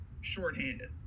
shorthanded